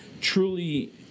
truly –